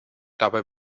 dabei